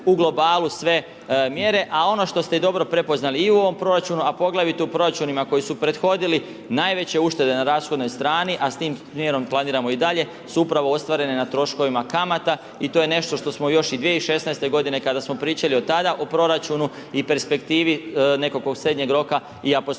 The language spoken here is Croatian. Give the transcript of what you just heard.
u globalu sve mjere, a ono što ste i dobro prepoznali, i u ovom proračunu, a poglavito u proračunima koji su prethodili, najveće uštede na rashodnoj strani, a s time smjerom planiramo i dalje, su upravo ostvarene na troškovima kamata i to je nešto što smo još i 2016. godine, kada smo pričali o tada o proračunu i perspektivi nekakvog srednjeg roka i apostrofirali.